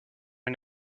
une